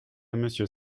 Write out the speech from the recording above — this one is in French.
monsieur